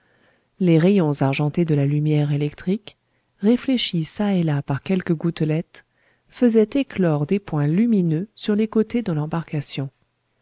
les rayons argentés de la lumière électrique réfléchis ça et là par quelque gouttelette faisaient éclore des points lumineux sur les côtés de l'embarcation